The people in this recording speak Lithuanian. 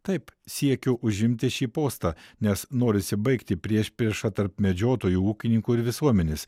taip siekiu užimti šį postą nes norisi baigti priešpriešą tarp medžiotojų ūkininkų ir visuomenės